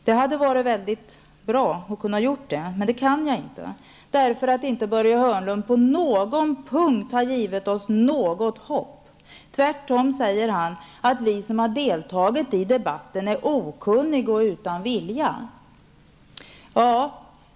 Det hade varit bra att kunna göra det, men det kan jag inte -- Börje Hörnlund har inte på någon punkt givit oss något hopp. Tvärtom säger han att vi som har deltagit i debatten är okunniga och utan vilja.